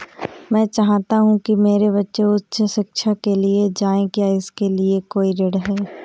मैं चाहता हूँ कि मेरे बच्चे उच्च शिक्षा के लिए जाएं क्या इसके लिए कोई ऋण है?